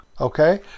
Okay